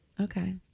Okay